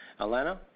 Alana